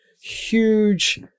huge